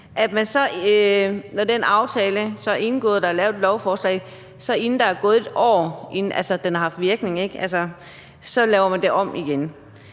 af partier, og der er lavet et lovforslag, så inden der er gået et år og den har haft virkning, laver det om igen.